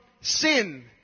sin